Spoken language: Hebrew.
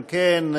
אם כן,